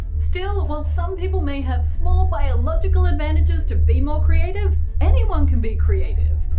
still, while some people may have small biological advantages to be more creative, anyone can be creative.